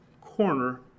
corner